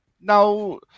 now